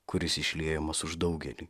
kuris išliejamas už daugelį